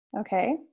Okay